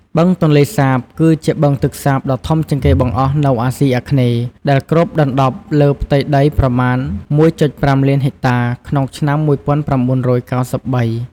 បឹងទន្លេសាប គឺជាបឹងទឹកសាបដ៏ធំជាងគេបង្អស់នៅអាស៊ីអាគ្នេយ៍ ដែលគ្របដណ្តប់លើផ្ទៃដីប្រមាណ ១,៥ លានហិកតាក្នុងឆ្នាំ ១៩៩៣។